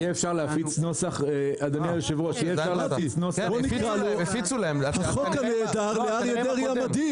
יהיה אפשר להפיץ נוסח --- בוא נקרא לו: החוק הנהדר לאריה דרעי המדהים.